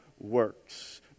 works